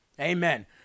amen